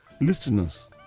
Listeners